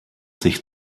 sich